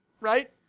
Right